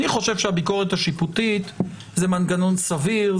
אני חושב שהביקורת השיפוטית זה מנגנון סביר,